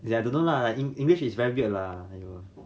ya I don't know lah I think english is very weird lah !aiyo!